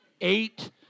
eight